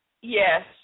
Yes